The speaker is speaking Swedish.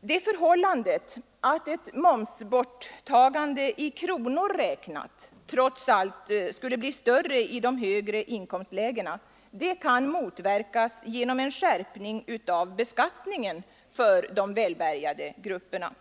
Det förhållandet att ett momsborttagande i kronor räknat trots allt skulle ge mer i de högre inkomstlägena kan motverkas genom en skärpning av beskattningen för de välbärgade grupperna.